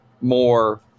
more